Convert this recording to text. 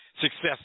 success